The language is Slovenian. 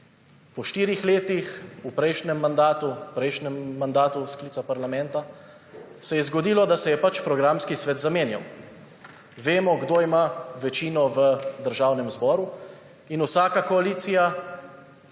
po štirih letih v prejšnjem mandatu sklica parlamenta se je zgodilo, da se je pač programski svet zamenjal. Vemo, kdo ima večino v Državnem zboru. In vsaka koalicija,